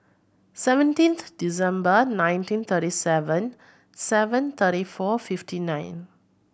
seventeenth December nineteen thirty seven seven thirty four fifty nine